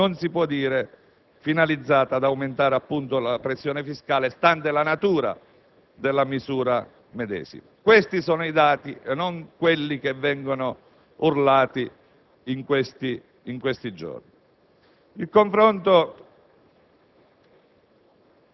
relative alla misura sul TFR, che non si può dire finalizzata ad aumentare la pressione fiscale stante la natura della misura medesima. Questi sono i dati e non quelli che vengono urlati in questi giorni.